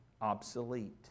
obsolete